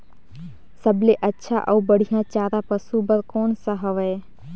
सबले अच्छा अउ बढ़िया चारा पशु बर कोन सा हवय?